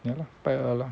ya lah 拜二啦